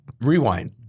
rewind